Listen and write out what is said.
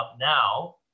now